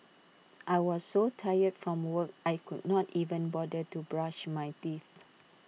I was so tired from work I could not even bother to brush my teeth